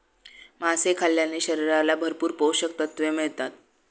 मासे खाल्ल्याने शरीराला भरपूर पोषकतत्त्वे मिळतात